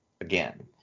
again